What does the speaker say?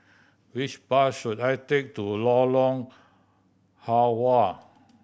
which bus should I take to Lorong Halwa